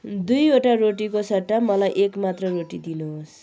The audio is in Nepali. दुईवटा रोटीको सट्टा मलाई एक मात्र रोटी दिनुहोस्